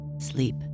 sleep